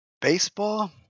Baseball